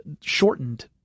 shortened